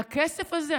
והכסף הזה,